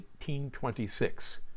1826